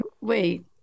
Wait